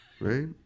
Right